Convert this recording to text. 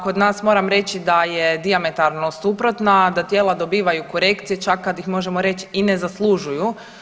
Kod nas moram reći da je dijametralno suprotna, da tijela dobivaju korekcije čak kad ih i možemo reći i ne zaslužuju.